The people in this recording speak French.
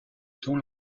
dont